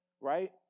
right